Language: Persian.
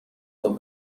خود